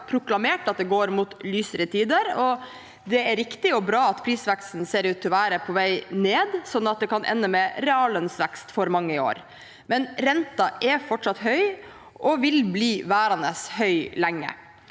tiden proklamert at det går mot lysere tider. Det er riktig og bra at prisveksten ser ut til å være på vei ned, sånn at det kan ende med reallønnsvekst for mange i år, men renten er fortsatt høy og vil bli værende høy lenge.